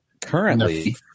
currently